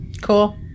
Cool